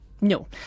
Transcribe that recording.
No